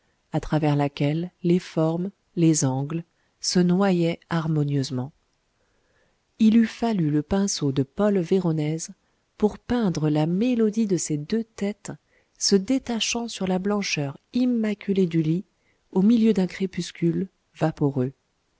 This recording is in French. à travers laquelle les formes les angles se noyaient harmonieusement il eût fallu le pinceau de paul véronèse pour peindre la mélodie de ces deux têtes se détachant sur la blancheur immaculée du lit au milieu d'un crépuscule vaporeux